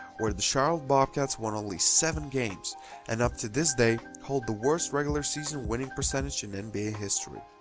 where the charlotte bobcats won only seven games and up to this day hold the worst regular season winning percentage in and nba history.